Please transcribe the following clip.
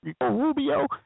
Rubio